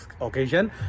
occasion